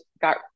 got